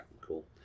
cool